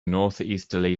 northeasterly